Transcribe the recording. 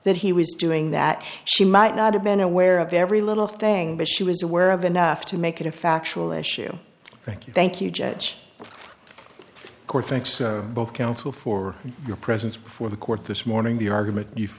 that he was doing that she might not have been aware of every little thing but she was aware of enough to make it a factual issue thank you thank you judge thanks to both counsel for your presence before the court this morning the argument you